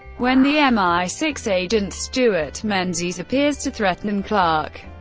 when the m i six agent stewart menzies appears to threaten and clarke,